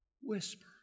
whisper